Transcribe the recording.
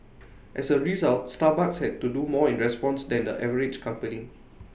as A result Starbucks had to do more in response than the average company